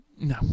No